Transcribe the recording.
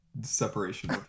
separation